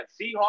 Seahawks